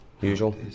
Usual